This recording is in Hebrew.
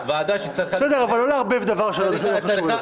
לא לערבב דבר שלא קשור.